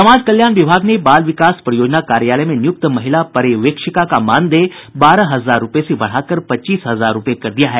समाज कल्याण विभाग ने बाल विकास परियोजना कार्यालय में नियुक्त महिला पर्यवेक्षिका का मानदेय बारह हजार रूपये से बढ़ाकर पच्चीस हजार रूपये कर दिया है